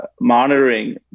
monitoring